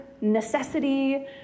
necessity